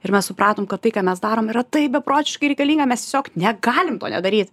ir mes supratom kad tai ką mes darom yra taip beprotiškai reikalinga mes tiesiog negalim to nedaryti